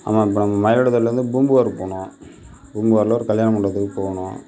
ஆனால் இப்போ நம்ம மயிலாடுதுறையிலருந்து பூம்புகார் போகணும் பூம்புகாரில் ஒரு கல்யாண மண்டபத்துக்கு போகணும்